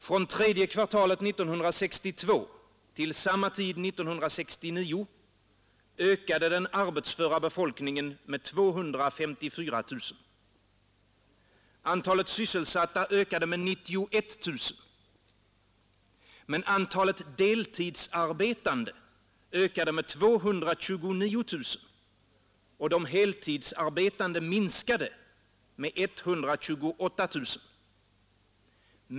Från tredje kvartalet 1962 till samma tid 1969 ökade den arbetsföra befolkningen med 254 000. Antalet sysselsatta ökade med 91 000. Men antalet deltidsarbetande ökade med 229 000 och de heltidsarbetande minskade med 128 000.